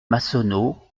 massonneau